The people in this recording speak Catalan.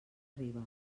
arriba